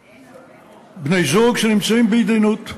בני-זוג, שנמצאים בהתדיינות,